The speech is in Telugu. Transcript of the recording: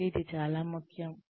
కాబట్టి ఇది చాలా ముఖ్యం